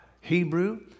Hebrew